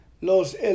Los